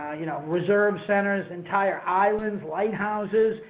you know, reserve centers, entire islands, lighthouses,